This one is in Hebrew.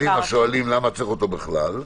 שואלים למה צריך אותו בכלל?